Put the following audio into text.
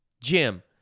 Jim